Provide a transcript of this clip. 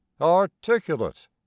Articulate